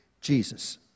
Jesus